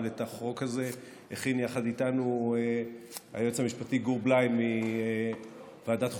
אבל את החוק הזה הכין יחד איתנו היועץ המשפטי גור בליי מוועדת חוקה,